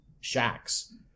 shacks